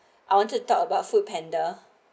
I wanted to talk about food panda